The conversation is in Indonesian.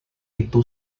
itu